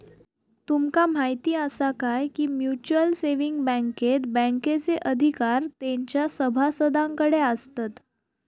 तुमका म्हायती आसा काय, की म्युच्युअल सेविंग बँकेत बँकेचे अधिकार तेंच्या सभासदांकडे आसतत